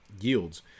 yields